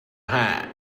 hat